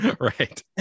right